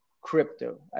crypto